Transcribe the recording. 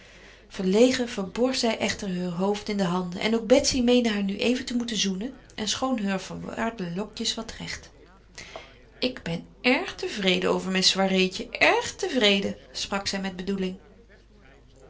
verlegen verborg zij echter heur hoofd in de handen en ook betsy meende haar nu even te moeten zoenen en schoof heur verwarde lokjes wat recht ik ben erg tevreden over mijn soiréetje erg tevreden sprak zij met bedoeling